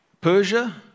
Persia